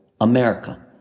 America